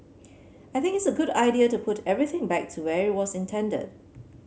I think it's a good idea to put everything back to where it was intended